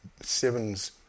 sevens